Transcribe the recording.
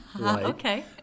Okay